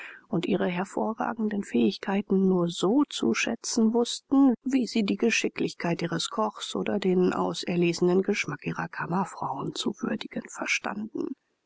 und ihre hervorragenden fähigkeiten nur so zu schätzen wußten wie sie die geschicklichkeit ihres kochs oder den auserlesenen geschmack ihrer kammerfrauen zu würdigen verstanden